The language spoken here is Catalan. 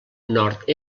nord